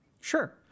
Sure